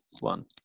one